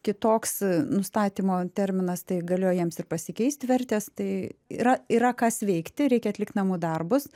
kitoks nustatymo terminas tai galėjo jiems ir pasikeisti vertės tai yra yra kas veikti reikia atlikt namų darbus